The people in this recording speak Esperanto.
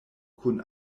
kun